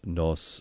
nos